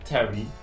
Terry